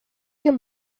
can